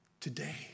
today